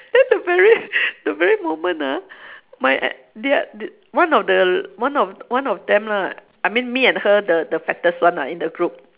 then the very the very moment ah my a~ th~ th~ one of the one of one of them lah I mean me and her the the fattest one ah in the group